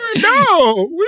No